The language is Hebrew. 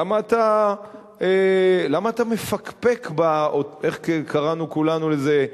למה אתה מפקפק, איך קראנו כולנו לזה?